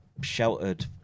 sheltered